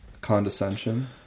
condescension